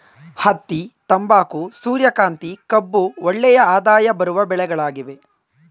ಹತ್ತಿ, ತಂಬಾಕು, ಸೂರ್ಯಕಾಂತಿ, ಕಬ್ಬು ಒಳ್ಳೆಯ ಆದಾಯ ಬರುವ ಬೆಳೆಗಳಾಗಿವೆ